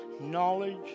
knowledge